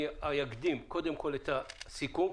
אני אקדים את הסיכום,